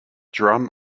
drum